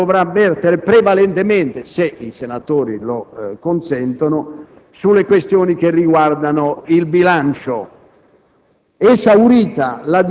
potrà o dovrà vertere prevalentemente, se i senatori lo consentono, sulle questioni che riguardano il bilancio: